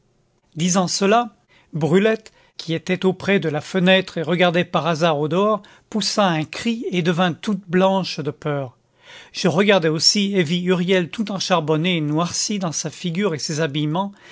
disant cela brulette qui était auprès de la fenêtre et regardait par hasard au dehors poussa un cri et devint toute blanche de peur je regardai aussi et vis huriel tout encharbonné et noirci dans sa figure et ses habillements